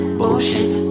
bullshit